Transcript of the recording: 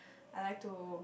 I like to